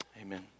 Amen